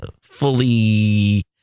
fully